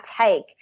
take